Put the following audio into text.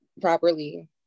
properly